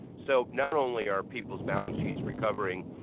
so not only are people's balance sheets recovering,